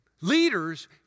leaders